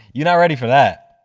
you not ready for that.